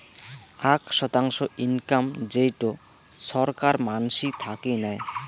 আক শতাংশ ইনকাম যেইটো ছরকার মানসি থাকি নেয়